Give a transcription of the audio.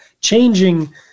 changing